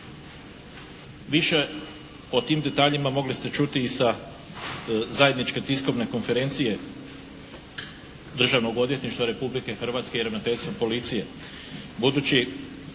Više o tim detaljima mogli ste čuti i sa zajedničke tiskovne konferencije Državnog odvjetništva Republike Hrvatske i ravnateljstva policije. Budući